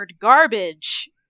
garbage